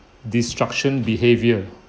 destruction behaviour